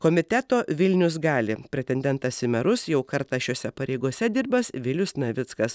komiteto vilnius gali pretendentas į merus jau kartą šiose pareigose dirbęs vilius navickas